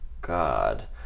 God